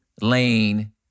lane